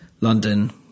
London